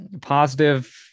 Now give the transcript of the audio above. Positive